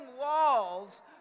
walls